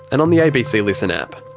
and on the abc listen app.